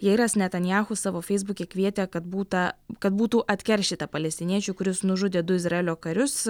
jeiras netanjahu savo feisbuke kvietė kad būta kad būtų atkeršyta palestiniečiui kuris nužudė du izraelio karius